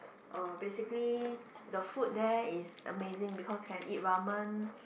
uh basically the food there is amazing because can eat ramen